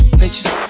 bitches